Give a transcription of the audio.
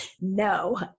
No